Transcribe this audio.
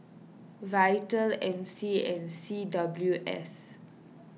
Vital M C and C W S